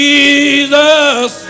Jesus